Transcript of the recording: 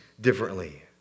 differently